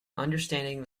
understanding